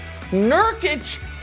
Nurkic